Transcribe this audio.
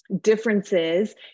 differences